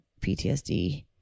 PTSD